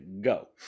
go